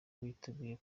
biteguye